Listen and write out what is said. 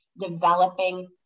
developing